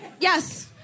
Yes